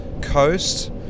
coast